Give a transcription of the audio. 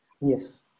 Yes